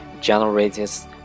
generates